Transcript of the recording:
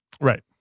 Right